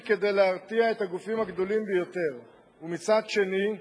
כדי להרתיע את הגופים הגדולים ביותר מצד שני.